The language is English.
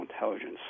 intelligence